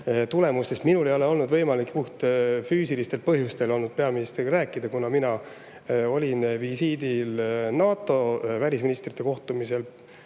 tulemustest ei ole minul olnud võimalik puhtfüüsilistel põhjustel peaministriga rääkida, kuna ma olin visiidil Prahas, NATO välisministrite kohtumisel,